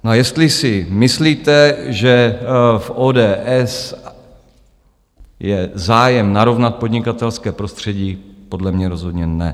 A jestli si myslíte, že v ODS je zájem narovnat podnikatelské prostředí, podle mě rozhodne ne.